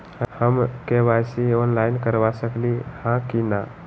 हम KYC online करवा सकली ह कि न?